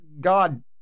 God